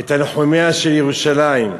את תנחומיה של ירושלים: